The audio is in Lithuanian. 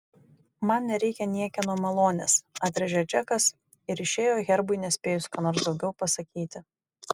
man nereikia niekieno malonės atrėžė džekas ir išėjo herbui nespėjus ką nors daugiau pasakyti